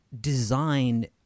design